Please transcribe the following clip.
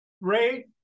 Ray